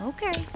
Okay